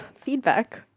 feedback